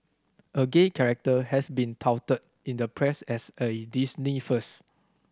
a gay character has been touted in the press as a Disney first